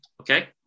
Okay